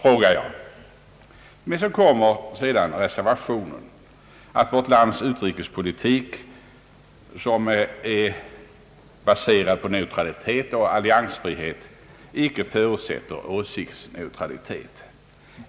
Efter detta regeringsuttalande kommer reservationen att vårt lands utrikespolitik, som är baserad på neutralitet och alliansfrihet, icke förutsätter åsiktsneutralitet.